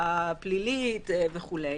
וכו'.